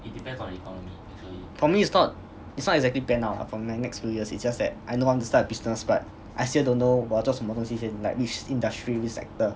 for me it's not it's not exactly planned out ah for my next few years it's just that I know I want to start business but I still don't know 我要做什么东西先 like which industry which sector